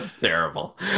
Terrible